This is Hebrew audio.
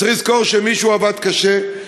צריך לזכור שמישהו עבד קשה.